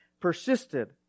persisted